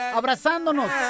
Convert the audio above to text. abrazándonos